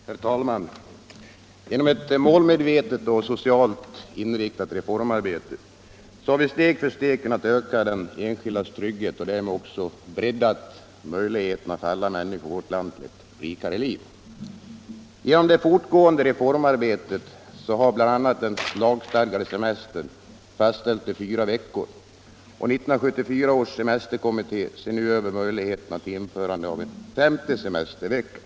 Nr 44 Herr talman! Genom ett målmedvetet och socialt inriktat reformarbete Fredagen den har vi steg för steg kunnat öka den enskildes trygghet och därmed också 21 mars 1975 breddat möjligheterna till ett rikare liv för alla människor i vårt land Genom det fortgående reformarbetet har bl.a. den lagstadgade semestern — Semesteroch vissa fastställts till fyra veckor, och 1974 års semesterkommitté undersöker andra arbetstidsfrånu möjligheterna att införa en femte semestervecka.